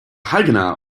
haganah